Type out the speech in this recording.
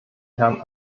herrn